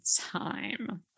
time